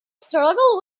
struggle